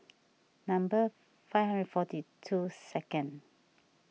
number five hundred forty two second